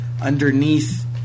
underneath